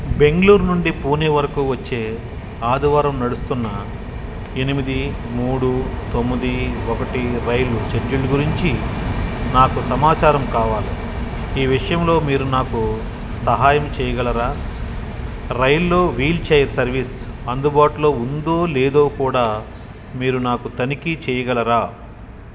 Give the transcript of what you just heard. బెంగుళూర్ నుండి పూణే వరకు వచ్చే ఆదివారం నడుస్తున్న ఎనిమిది మూడు తొమ్మిది ఒకటి రైలు షెడ్యూల్ గురించి నాకు సమాచారం కావాలి ఈ విషయంలో మీరు నాకు సహాయం చెయ్యగలరా రైల్లో వీల్చైర్ సర్వీస్ అందుబాటులో ఉందో లేదో కూడా మీరు నాకు తనిఖీ చెయ్యగలరా